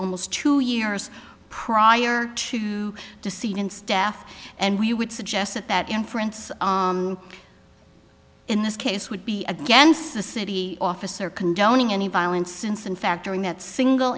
almost two years prior to the scene in staff and we would suggest that that inference in this case would be against the city officer condoning any violence since in fact during that single